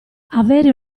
avere